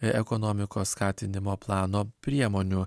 ekonomikos skatinimo plano priemonių